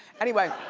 anyway,